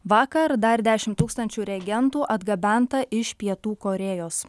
vakar dar dešimt tūkstančių reagentų atgabenta iš pietų korėjos